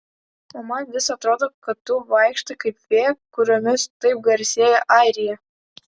o man vis atrodo kad tu vaikštai kaip fėja kuriomis taip garsėja airija